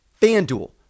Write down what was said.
FanDuel